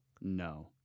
no